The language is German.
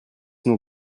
nur